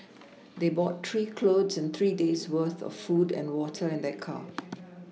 they brought some clothes and three days' worth of food and water in their car